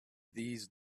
these